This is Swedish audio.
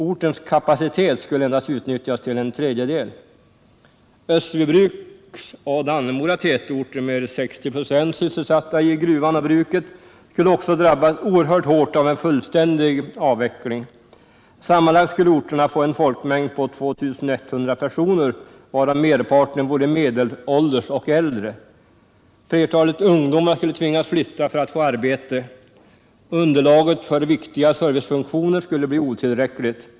Ortens ”kapacitet” skulle endast utnyttjas till en tredjedel. Österbybruks och Dannemora tätorter, med 60 96 sysselsatta i gruvan och bruket, skulle också drabbas oerhört hårt av en fullständig avveckling. Sammanlagt skulle orterna få en folkmängd på 2 100 personer, varav merparten vore medelålders och äldre. Flertalet ungdomar skulle tvingas flytta för att få arbete. Underlaget för viktiga servicefunktioner skulle bli otillräckligt.